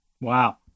Wow